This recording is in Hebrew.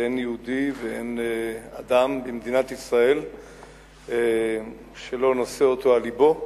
ואין יהודי ואין אדם במדינת ישראל שלא נושא אותו על לבו,